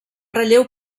relleu